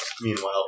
Meanwhile